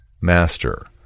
Master